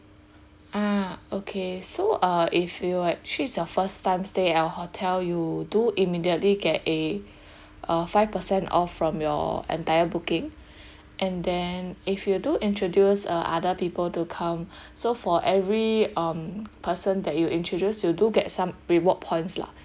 uh okay so uh if you actually the first time stay at our hotel you do immediately get a uh five percent off from your entire booking and then if you do introduce uh other people to come so for every um person that you introduce you do get some reward points lah